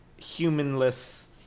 humanless